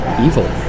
evil